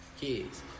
kids